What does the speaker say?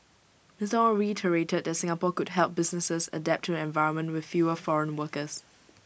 Mister Ong reiterated that Singapore could help businesses adapt to an environment with fewer foreign workers